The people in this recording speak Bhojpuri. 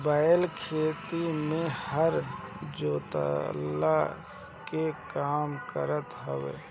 बैल खेती में हर जोतला के काम करत हवे